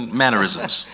mannerisms